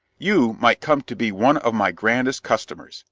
you might come to be one of my grandest customers,